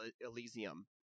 Elysium